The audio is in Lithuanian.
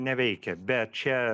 neveikia bet čia